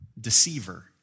deceiver